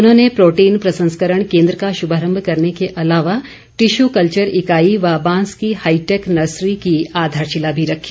उन्होंने प्रोटीन प्रसंस्करण केन्द्र का शुभारंभ करने के अलावा टिशु कल्वर इकाई व बांस की हाइटैक नर्सरी की आधारशिला भी रखी